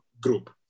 group